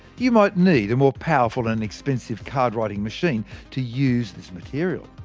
you might need a more powerful and expensive card writing machine to use this material,